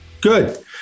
Good